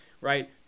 right